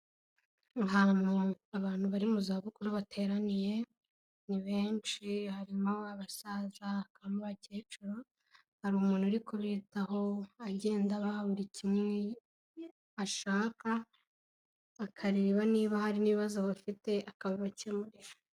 Ahantu abantu bari mu zabukuru bateraniye, ni benshi harimo abasaza, hakabamo abakecuru, hari umuntu uri kubitaho agenda abaha buri kimwe ashaka , akareba niba hari n'ibibazo bafite akabibakemurira.